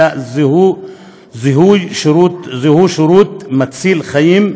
אלא זהו שירות מציל חיים,